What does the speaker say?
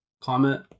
comment